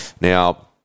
Now